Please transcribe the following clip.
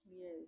Yes